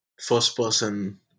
first-person